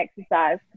exercise